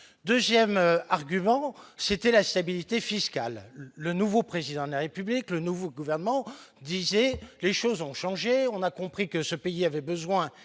2ème argument: c'était la stabilité fiscale, le nouveau président de la République, le nouveau gouvernement disait les choses ont changé, on a compris que ce pays avait besoin